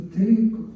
take